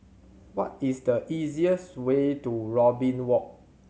what is the easiest way to Robin Walk